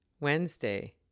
Wednesday